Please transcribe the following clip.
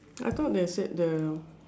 I thought they said the